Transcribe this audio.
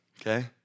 Okay